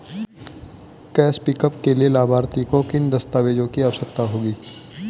Cash pickup के लिए लाभार्थी को किन दस्तावेजों की आवश्यकता होगी?